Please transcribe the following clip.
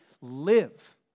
Live